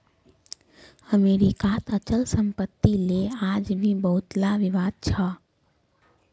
अमरीकात अचल सम्पत्तिक ले आज भी बहुतला विवाद छ